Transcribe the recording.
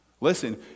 Listen